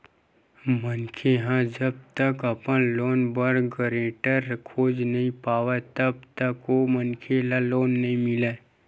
मनखे ह जब तक अपन लोन बर गारेंटर खोज नइ पावय तब तक ओ मनखे ल लोन नइ मिलय